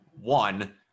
one